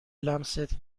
لمست